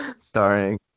Starring